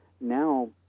now